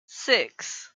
six